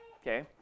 okay